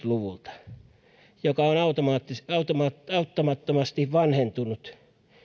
luvulta ja se on auttamattomasti vanhentunut